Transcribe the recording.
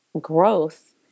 growth